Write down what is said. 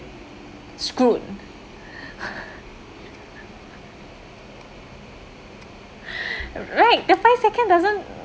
screwed right the five second doesn't